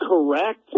correct